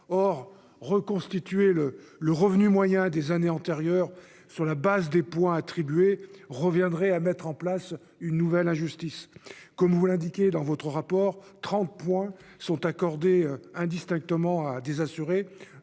Or reconstituer le revenu moyen des années antérieures sur la base des points attribués reviendrait à mettre en place une nouvelle injustice. Comme vous l'indiquez dans votre rapport, madame Gruny, trente points sont accordés indistinctement à des assurés